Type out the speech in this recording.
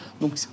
Donc